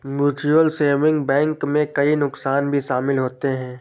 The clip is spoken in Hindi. म्यूचुअल सेविंग बैंक में कई नुकसान भी शमिल होते है